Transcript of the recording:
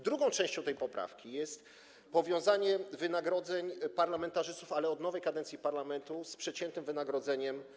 Drugą częścią tej poprawki jest propozycja powiązania wynagrodzeń parlamentarzystów, ale od nowej kadencji parlamentu, z przeciętnym wynagrodzeniem.